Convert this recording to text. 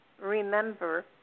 remember